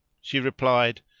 she replied,